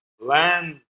land